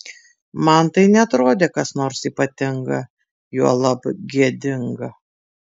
man tai neatrodė kas nors ypatinga juolab gėdinga